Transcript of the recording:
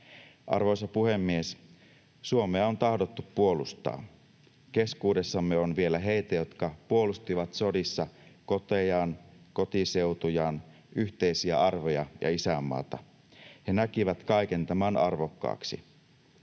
Arvoisa puhemies! Suomea on tahdottu puolustaa. Keskuudessamme on vielä heitä, jotka puolustivat sodissa kotejaan, kotiseutujaan, yhteisiä arvoja ja isänmaata. He näkivät kaiken tämän arvokkaaksi.